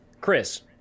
Chris